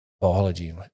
biology